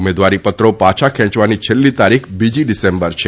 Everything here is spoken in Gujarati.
ઉમેદવારી પત્રો પાછા ખેંચવાની છેલ્લી તારીખ બીજી ડિસેમ્બર છે